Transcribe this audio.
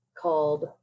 called